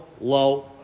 low